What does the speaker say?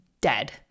dead